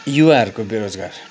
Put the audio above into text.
युवाहरूको बेरोजगार